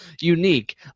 unique